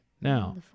Now